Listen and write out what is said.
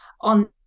on